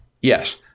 Yes